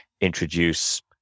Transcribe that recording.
introduce